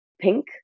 pink